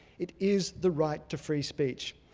it is the right to free speech.